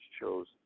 chose